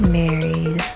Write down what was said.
married